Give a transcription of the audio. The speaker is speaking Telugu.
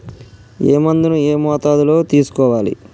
ఏ మందును ఏ మోతాదులో తీసుకోవాలి?